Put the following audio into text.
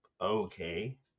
okay